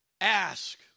ask